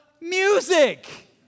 music